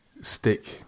stick